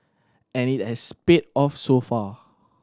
and it has paid off so far